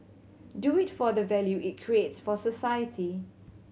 do it for the value it creates for society